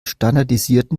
standardisierten